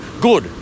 good